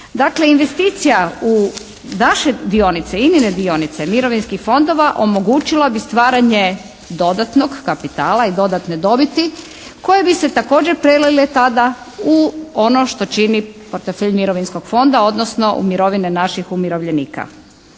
Dakle investicija u naše dionice, INA-ine dionice mirovinskih fondova omogućila bi stvaranje dodatnog kapitala i dodatne dobiti koje bi se također prelile tada u ono što čini portfelj Mirovinskog fonda odnosno mirovine naših umirovljenika.